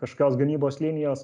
kažkios gamybos linijos